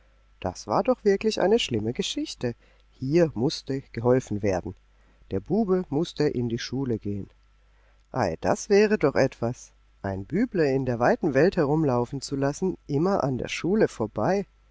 das war doch wirklich eine schlimme geschichte hier mußte geholfen werden der bube mußte in die schule gehen ei das wäre noch etwas ein büble in der weiten welt herumlaufen zu lassen immer an der schule vorbei